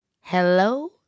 Hello